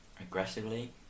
aggressively